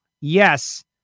yes